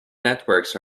networks